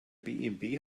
bmw